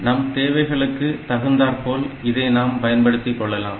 நம் தேவைகளுக்கு தகுந்தாற்போல் இதை நாம் பயன்படுத்திக் கொள்ளலாம்